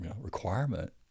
requirement